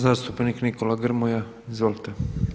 Zastupnik Nikola Grmoja, izvolite.